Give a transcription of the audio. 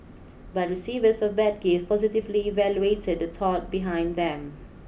but receivers of bad gifts positively evaluated the thought behind them